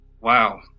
Wow